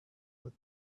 what